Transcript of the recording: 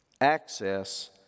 Access